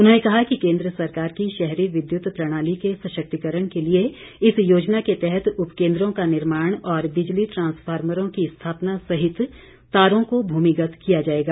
उन्होंने कहा कि केंद्र सरकार की शहरी विद्युत प्रणाली के सशक्तिकरण के लिए इस योजना के तहत उपकेंद्रों का निर्माण और बिजली ट्रांसफार्मरों की स्थापना सहित तारों को भूमिगत किया जाएगा